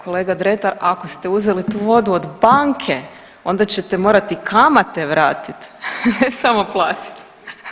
Kolega Dretar, ako ste uzeli tu vodu od banke onda ćete morati kamate vratiti, ne samo platiti.